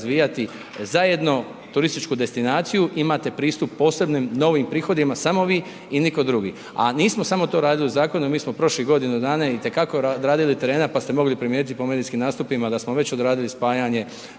razvijati zajedno turističku destinaciju, imate pristup posebnim, novim prihodima, samo vi i nitko drugi. A nismo samo to radili u zakonu, mi smo prošlih godinu dana i te kako odradili terena pa ste mogli primijetiti po medijskim nastupima da smo već odradili spajanje